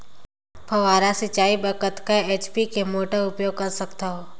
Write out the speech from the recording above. फव्वारा सिंचाई बर कतका एच.पी के मोटर उपयोग कर सकथव?